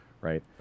right